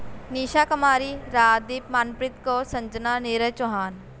Nisha Kumari Rajdeep Manpreet Kaur Sanjana Neeraj Chauhan